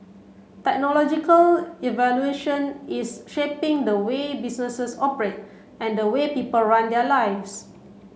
technological is shaping the way businesses operate and the way people run their lives